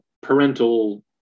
parental